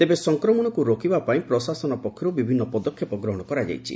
ତେବ ସଂକ୍ରମଣକୁ ରୋକିବା ପାଇଁ ପ୍ରଶାସନ ପକ୍ଷରୁ ବିଭିନୁ ପଦକ୍ଷେପ ଗ୍ରହଶ କରାଯାଇଛି